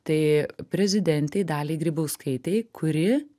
tai prezidentei daliai grybauskaitei kuri